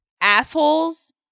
Assholes